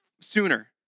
sooner